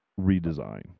redesign